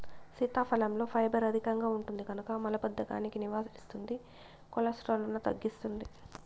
సీతాఫలంలో ఫైబర్ అధికంగా ఉంటుంది కనుక మలబద్ధకాన్ని నివారిస్తుంది, కొలెస్ట్రాల్ను తగ్గిస్తుంది